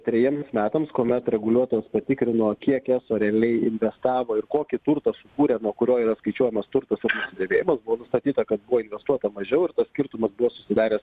trejiems metams kuomet reguliuotos patikrino kiek eso realiai investavo ir kokį turtą sukūrė nuo kurio yra skaičiuojamas turtas už nusidėvėjimą būti nustatyta kad kuo investuota mažiau ir tas skirtumas buvo susidaręs